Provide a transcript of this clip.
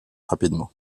rapidement